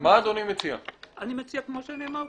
אני מציע כפי שנאמר קודם,